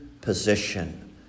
position